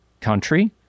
country